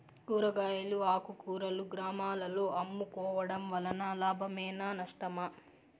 కూరగాయలు ఆకుకూరలు గ్రామాలలో అమ్ముకోవడం వలన లాభమేనా నష్టమా?